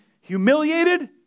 humiliated